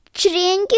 train